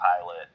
pilot